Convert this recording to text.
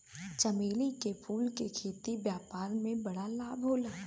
चमेली के फूल के खेती से व्यापार में बड़ा लाभ होला